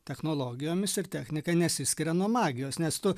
technologijomis ir technika nesiskiria nuo magijos nes tu